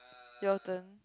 your turn